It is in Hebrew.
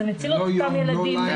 זה מציל את אותם ילדים.